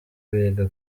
biga